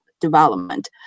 development